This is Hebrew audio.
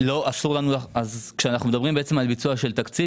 ביצוע של תקציב,